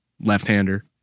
left-hander